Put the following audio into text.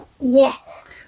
Yes